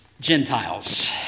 Gentiles